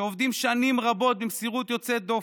שעובדים שנים רבות במסירות יוצאת דופן,